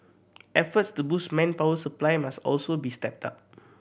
efforts to boost manpower supply must also be stepped up